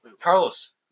Carlos